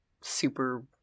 super